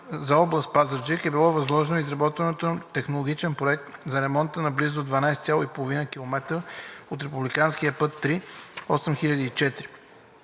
за област Пазарджик е било възложено изработването на технологичен проект за ремонта на близо 12,5 км от републиканския път III-8004